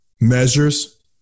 measures